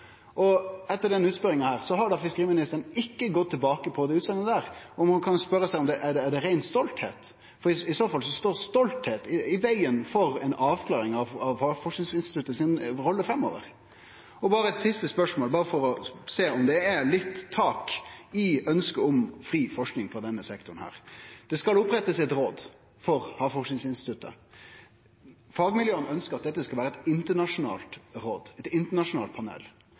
fiskeriministeren ikkje gått tilbake på denne utsegna, og ein kan spørje seg om det er rein stoltheit. I så fall står stoltheit i vegen for ei avklaring av Havforskingsinstituttets rolle framover. Eit siste spørsmål, berre for å sjå om det er litt tak i ønsket om fri forsking frå denne sektoren: Det skal opprettast eit råd for Havforskingsinstituttet. Fagmiljøa ønskjer at dette skal vere eit internasjonalt